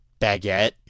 baguette